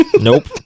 Nope